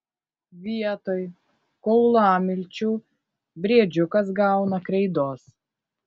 vietoj kaulamilčių briedžiukas gauna kreidos